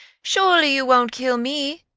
surely you won't kill me?